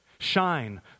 Shine